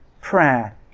prayer